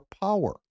power